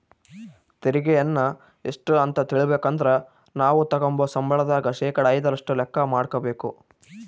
ತೆರಿಗೆಯನ್ನ ಎಷ್ಟು ಅಂತ ತಿಳಿಬೇಕಂದ್ರ ನಾವು ತಗಂಬೋ ಸಂಬಳದಾಗ ಶೇಕಡಾ ಐದರಷ್ಟು ಲೆಕ್ಕ ಮಾಡಕಬೇಕು